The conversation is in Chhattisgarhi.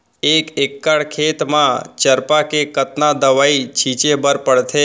एक एकड़ खेत म चरपा के कतना दवई छिंचे बर पड़थे?